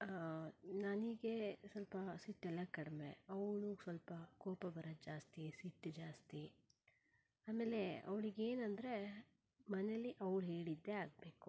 ನನಗೆ ಸ್ವಲ್ಪ ಸಿಟ್ಟೆಲ್ಲ ಕಡಿಮೆ ಅವಳು ಸ್ವಲ್ಪ ಕೋಪ ಬರದು ಜಾಸ್ತಿ ಸಿಟ್ಟು ಜಾಸ್ತಿ ಆಮೇಲೆ ಅವ್ಳಿಗೆ ಏನಂದರೆ ಮನೆಯಲ್ಲಿ ಅವ್ಳು ಹೇಳಿದ್ದೇ ಆಗಬೇಕು